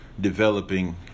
developing